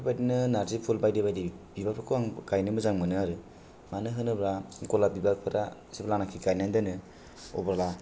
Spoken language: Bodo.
बेफोरबादिनो नारजि फुल बायदि बायदि बिबारफोरखौ आं गायनो मोजां मोनो आरो मानो होनोब्ला गलाब बिबारफोरा जेब्लानाखि गायनानै दोनो अब्ला